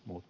muut